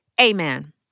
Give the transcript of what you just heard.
Amen